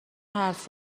حرف